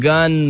Gun